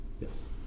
Yes